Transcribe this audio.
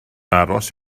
aros